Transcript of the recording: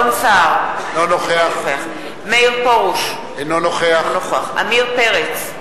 נוכח מאיר פרוש, אינו נוכח עמיר פרץ,